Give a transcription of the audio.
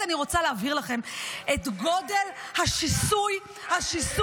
אני רוצה להעביר לכם את גודל השיסוי -- טלי,